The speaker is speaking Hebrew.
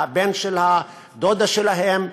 והבן של הדודה שלהם,